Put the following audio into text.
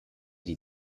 die